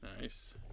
Nice